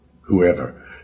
whoever